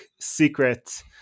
secret